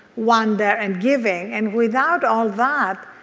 wonder, and giving and without all that,